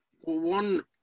one